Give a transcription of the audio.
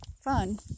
Fun